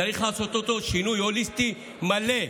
צריך לעשות שינוי הוליסטי, מלא.